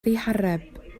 ddihareb